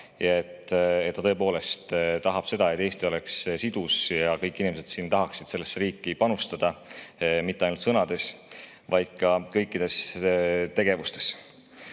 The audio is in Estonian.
hea, et ta tõepoolest tahab seda, et Eesti oleks sidus ja et kõik inimesed tahaksid sellesse riiki panustada mitte ainult sõnades, vaid ka kõikides tegevustes.